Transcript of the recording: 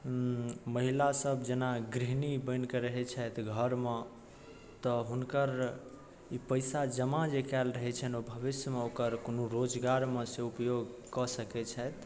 महिलासब जेना गृहिणी बनिके रहै छथि घरमे तऽ हुनकर ई पइसा जमा जे कएल रहै छनि ओ भविष्यमे ओकर कोनो रोजगारमे से उपयोग कऽ सकै छथि